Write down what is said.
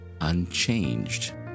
unchanged